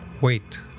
Wait